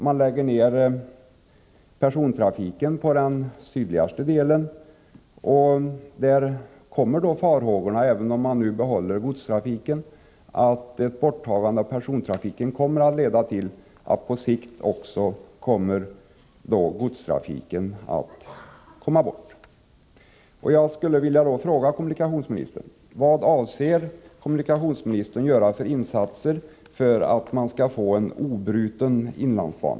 Man lägger ned persontrafiken på den sydligaste delen, och farhågor för ytterligare nedskärningar finns. Även om man nu behåller godstrafiken, kan borttagandet av persontrafiken på sikt leda till att även godstrafiken dras in.